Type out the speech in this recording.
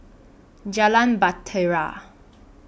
Jalan Bahtera